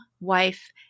wife